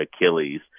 Achilles